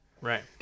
Right